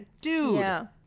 dude